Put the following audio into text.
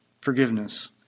forgiveness